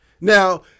Now